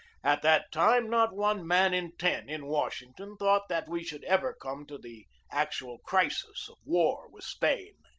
at that time, not one man in ten in wash ington thought that we should ever come to the actual crisis of war with spain.